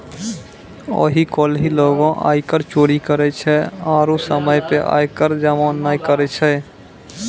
आइ काल्हि लोगें आयकर चोरी करै छै आरु समय पे आय कर जमो नै करै छै